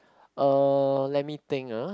uh let me think ah